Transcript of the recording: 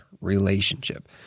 relationship